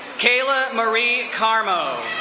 kayla marie carmo.